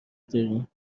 داریم